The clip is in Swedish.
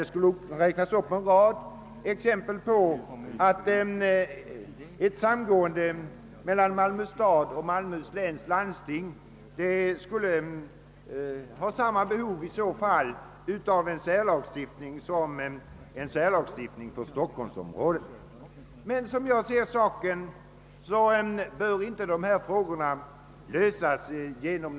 Man skulle kunna räkna upp en rad exempel som visar att ett samgående mellan Malmö stad och Malmöhus läns: landsting i så fall har samma behov av en 'särlagstift Enligt min mening bör:emellertid inte dessa frågor lösas genom.